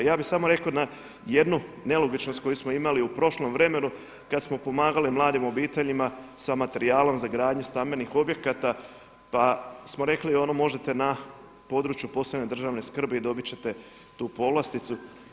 Ja bih samo rekao jednu nelogičnost koju smo imali u prošlom vremenu kada smo pomagali mladim obiteljima sa materijalom za gradnju stambenih objekata pa smo rekli ono možete na području od posebne državne skrbi i dobiti ćete tu povlasticu.